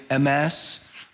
MS